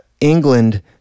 England